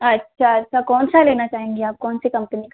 अच्छा अच्छा कौन सा लेना चाहेंगी आप कौन सी कम्पनी का